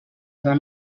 van